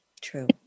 True